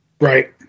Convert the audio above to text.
Right